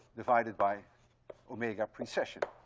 divided by omega precession.